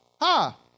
Ha